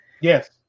Yes